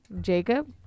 Jacob